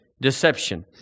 deception